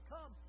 Come